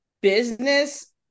business